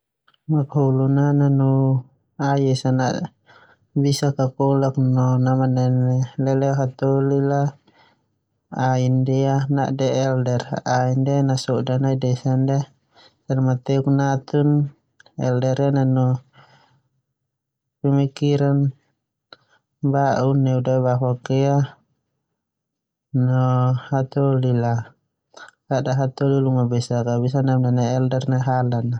Makahulun a nanu ai eaa ana bisa kokolak no namanene hataholi. Ai ndia nade Elder, ai ndia nasoda nai desa anana eaa teuk natun. Elder ia nanu pemikiran ba'u neu daebafok ia no hataholi la tehu kada hataholi luma besak a bisa lamanene Elder halan a.